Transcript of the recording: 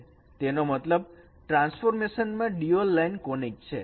તેનો મતલબ ટ્રાન્સફોર્મેશન માં ડ્યુઅલ લાઈન કોનીક છે